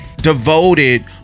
devoted